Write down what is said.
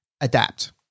adapt